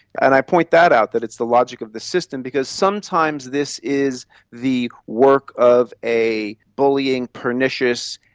and i point that out, that it's the logic of the system, because sometimes this is the work of a bullying, pernicious,